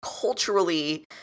culturally